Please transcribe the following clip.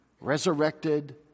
Resurrected